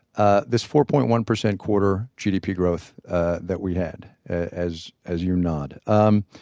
ah this four point one percent quarter gdp growth ah that we had. as as you nod. um